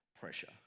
pressure